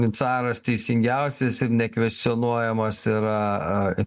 caras teisingiausias ir nekvestionuojamas yra